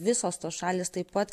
visos tos šalys taip pat